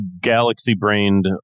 galaxy-brained